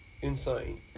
Insane